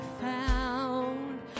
found